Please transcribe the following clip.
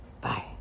bye